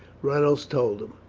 reynolds told him.